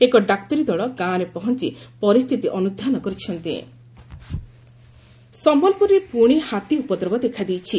ଏକ ଡାକ୍ତରୀ ଦଳ ଗାଁରେ ପହଞ୍ ପରିସ୍ଚିତି ଅନୁଧ୍ପାନ କରିଛନ୍ତି ହାତୀ ଉପଦ୍ରବ ସମ୍ୟଲପୁରରେ ପୁଣି ହାତୀ ଉପଦ୍ରବ ଦେଖାଦେଇଛି